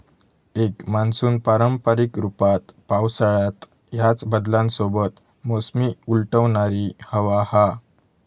एक मान्सून पारंपारिक रूपात पावसाळ्यात ह्याच बदलांसोबत मोसमी उलटवणारी हवा हा